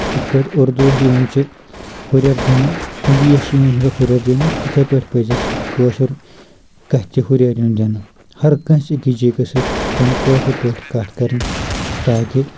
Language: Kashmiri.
یتھ پٲٹھۍ اردو وس یِوان چھ ہُرٮ۪ر دِنہٕ ہنٛدی یَس چھ یِون ہُرٮ۪ر دِنہٕ تِتھے پٲٹھۍ پزِ اسہِ کٲشٕر کتھہِ تہِ ہُرٮ۪ر یُن دِنہٕ ہر کٲنٛسہِ أکِس جایہ گژھہِ اسہِ پیٚون کٲشر پٲٹھی کتھ کرٕنۍ تاکہِ